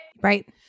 Right